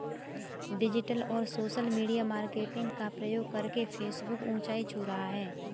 digital और social media marketing का प्रयोग करके फेसबुक ऊंचाई छू रहा है